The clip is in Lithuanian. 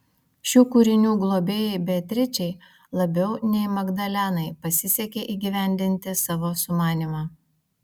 šių kūrinių globėjai beatričei labiau nei magdalenai pasisekė įgyvendinti savo sumanymą